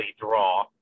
draw